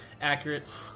accurate